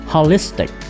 Holistic